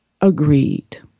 agreed